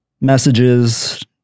messages